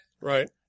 Right